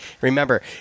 remember